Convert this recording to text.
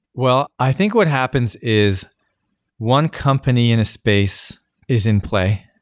well, i think what happens is one company in a space is in play,